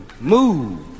Move